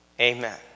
Amen